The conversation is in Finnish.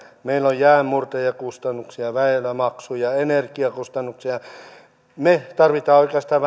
meillä on jäänmurtajakustannuksia väylämaksuja energiakustannuksia me tarvitsemme oikeastaan